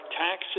tax